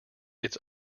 its